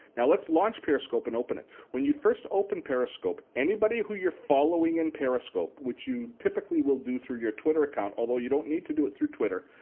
now let's launch periscope and open it. when you first open periscope, anybody who you're following in periscope, which you typically will do through your twitter account, although you don't need to do it through twitter,